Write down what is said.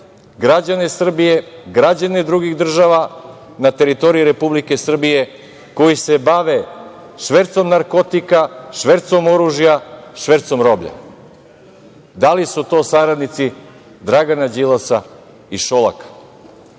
građane Srbije, građane drugih država na teritoriji Republike Srbije koji se bave švercom narkotika, švercom oružja, švercom roblja? Da li su to saradnici Dragana Đilasa i Šolaka?